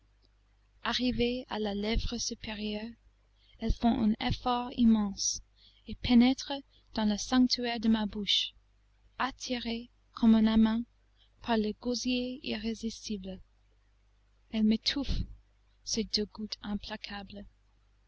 arrivées à la lèvre supérieure elles font un effort immense et pénètrent dans le sanctuaire de ma bouche attirées comme un aimant par le gosier irrésistible elles m'étouffent ces deux gouttes implacables